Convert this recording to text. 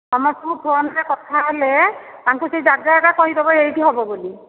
ସମସ୍ତଙ୍କୁ ଫୋନ୍ରେ କଥା ହେଲେ ତାଙ୍କୁ ସେଇ ଜାଗାଟା କହିଦେବ ଏଇଠି ହେବ ବୋଲି